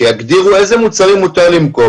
שיגדירו איזה מוצרים מותר למכור,